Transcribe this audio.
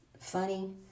funny